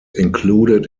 included